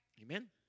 Amen